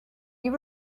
you